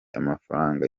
amafaranga